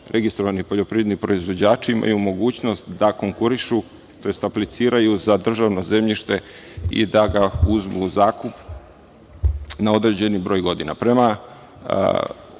registrovani poljoprivredni proizvođači imaju mogućnost da konkurišu, tj. apliciraju za državno zemljište i da ga uzmu u zakup na određeni broj godina.